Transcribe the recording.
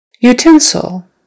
Utensil